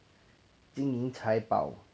金银财宝